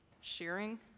sharing